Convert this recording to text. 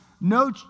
no